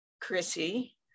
Chrissy